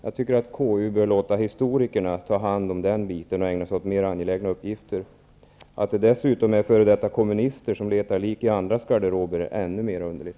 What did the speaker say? Jag tycker att KU bör låta historikerna ta hand om den biten och för egen del ägna sig åt mera angelägna uppgifter. Att det dessutom är f.d. kommunister som letar lik i andras garderober är ännu mera underligt.